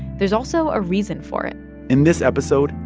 there's also a reason for it in this episode,